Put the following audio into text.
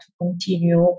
continue